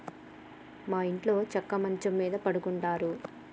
మా ఇంట్లో చెక్క మంచం మీద పడుకుంటారు